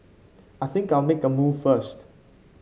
I think I'll make a move first